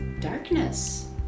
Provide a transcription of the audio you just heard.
darkness